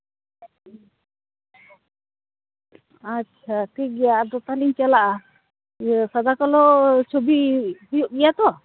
ᱦᱩᱸ ᱟᱪᱪᱷᱟ ᱴᱷᱤᱠᱜᱮᱭᱟ ᱟᱫᱚ ᱛᱟᱦᱚᱞᱮᱧ ᱪᱟᱞᱟᱜᱼᱟ ᱥᱟᱫᱟ ᱠᱟᱞᱳ ᱪᱷᱚᱵᱤ ᱦᱩᱭᱩᱜ ᱜᱮᱭᱟ ᱛᱚ